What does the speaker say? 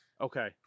Okay